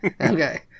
Okay